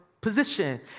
position